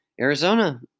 Arizona